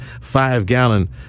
five-gallon